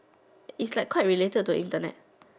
is like quite related to Internet